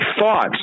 thoughts